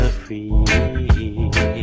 free